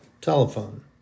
Telephone